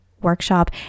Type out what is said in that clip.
workshop